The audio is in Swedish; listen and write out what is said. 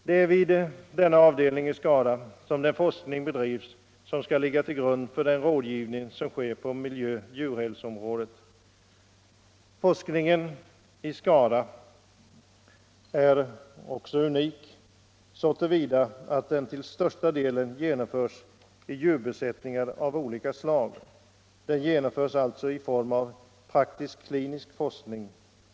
Det är vid avdelningen i Skara som den forskning bedrivs som skall ligga till grund för den rådgivning som sker på miljö och djurhälsoområdet. Forskningen i Skara är unik så till vida att den till största delen genomförs i djurbesättningar av olika slag. Den bedrivs alltså i form av en praktisk klinisk forskning.